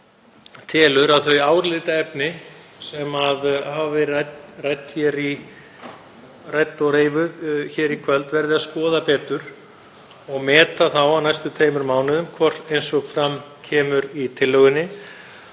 telur að þau álitaefni sem hafa verið rædd og reifuð hér í kvöld verði að skoða betur og meta þá á næstu tveimur mánuðum, eins og fram kemur í tillögunni.